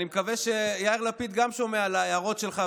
אני מקווה שיאיר לפיד גם שומע את ההערות שלך,